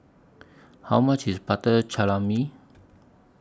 How much IS Butter Calamari